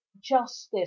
justice